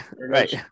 Right